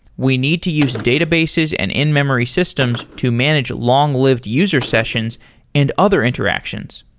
we need to use databases and in memory systems to manage long-lived user sessions and other interactions.